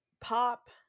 pop